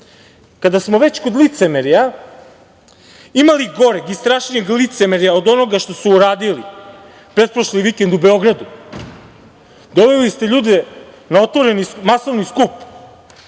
smo već kod licemerja, ima li goreg i strašnijeg licemerja od onoga što su uradili pretprošli vikend u Beogradu? Doveli ste ljude na otvoreni masovni skup,